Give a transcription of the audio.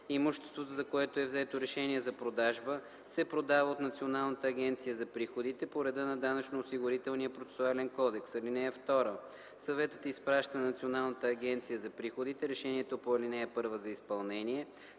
Имуществото, за което е взето решение за продажба, се продава от Националната агенция за приходите по реда на Данъчно-осигурителния процесуален кодекс. (2) Съветът изпраща на Националната агенция за приходите решението по ал. 1 за изпълнение